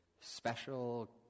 special